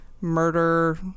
murder